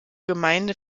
gemeinde